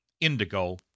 indigo